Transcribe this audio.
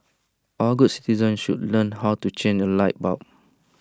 all good citizens should learn how to change A light bulb